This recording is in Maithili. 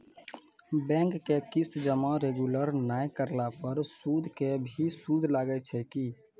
बैंक के किस्त जमा रेगुलर नै करला पर सुद के भी सुद लागै छै कि?